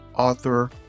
author